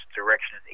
direction